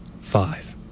Five